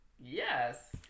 yes